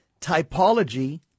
typology